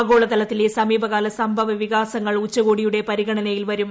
ആഗോളതലത്തിലെ സമീപകാല സംഭവ വികാസങ്ങൾ ഉച്ചകോടിയുടെ പരിഗണനയിൽ വരും